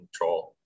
control